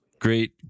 Great